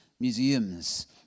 museums